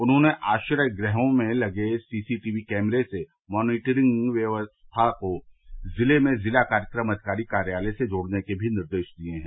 उन्होंने आश्रय गृहों में लगे सीसी टीवी कैमरे से मॉनिटरिंग व्यवस्था को जिले में जिला कार्यक्रम अधिकारी कार्यालय से जोड़ने के भी निर्देश दिये हैं